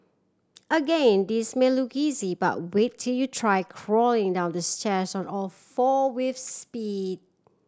again this may look easy but wait till you try crawling down the stairs on all four with speed